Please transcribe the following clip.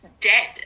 dead